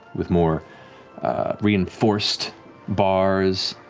with more reinforced bars,